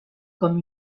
comme